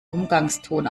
umgangston